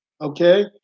okay